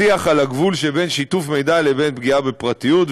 שיח על הגבול שבין שיתוף מידע לבין פגיעה בפרטיות,